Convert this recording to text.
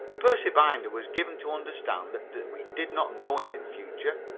percy binder was given to understand that we did not know him in future.